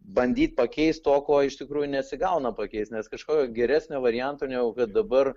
bandyt pakeist to ko iš tikrųjų nesigauna pakeist nes kažkokio geresnio varianto negu kad dabar